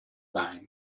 line